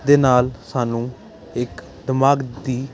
ਦੇ ਨਾਲ ਸਾਨੂੰ ਇੱਕ ਦਿਮਾਗ ਦੀ